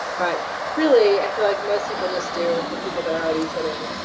but really i feel like most people just do for people that are already sitting,